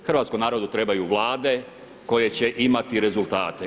Hrvatskom narodu trebaju vlade koje će imati rezultate.